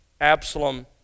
Absalom